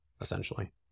essentially